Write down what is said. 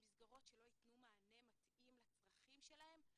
למסגרות שלא יתנו מענה מתאים לצרכים שלהם?